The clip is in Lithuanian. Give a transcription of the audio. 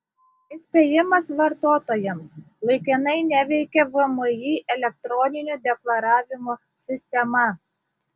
įspėjimas vartotojams laikinai neveikia vmi elektroninio deklaravimo sistema